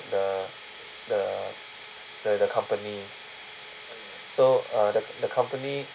the the the the company so uh the the company